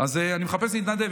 אז אני מחפש להתנדב.